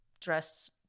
dress